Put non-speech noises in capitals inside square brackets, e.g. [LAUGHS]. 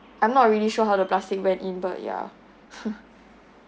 I'm not really sure how the plastic went in but ya [LAUGHS]